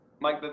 Mike